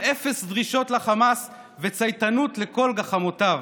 אפס דרישות לחמאס וצייתנות לכל גחמותיו?